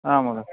आ महोदय